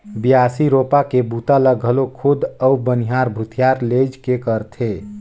बियासी, रोपा के बूता ल घलो खुद अउ बनिहार भूथिहार लेइज के करथे